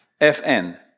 FN